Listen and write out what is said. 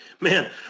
Man